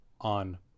on